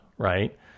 right